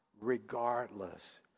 regardless